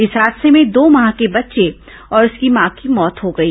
इस हादसे में दो माह के बच्चे और उसकी मां की मौत हो गई